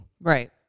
Right